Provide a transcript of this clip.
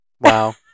Wow